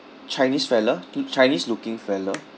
chinese fella to chinese looking fella